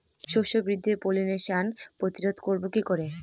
শস্য বৃদ্ধির পলিনেশান প্রতিরোধ করব কি করে?